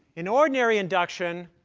in ordinary induction,